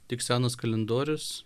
tik senas kalendorius